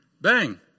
Bang